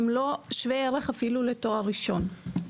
הם לא שווי ערך אפילו לתואר ראשון.